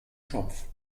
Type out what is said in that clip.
schopf